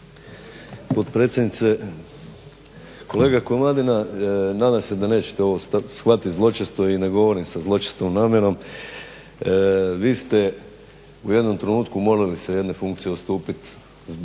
potpredsjednice. Kolega Komadina nadam se da nećete ovo shvatiti zločesto i ne govorim sa zločestom namjerom vi ste u jednom trenutku morali sa jedne funkcije odstupiti